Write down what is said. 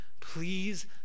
Please